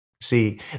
See